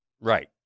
right